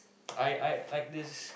I I like this